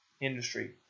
industry